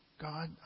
God